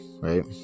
right